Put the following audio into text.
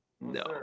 No